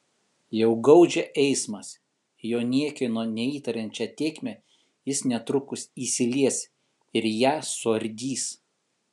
jau gaudžia eismas į jo nieko neįtariančią tėkmę jis netrukus įsilies ir ją suardys